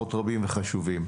דוחות רבים וחשובים.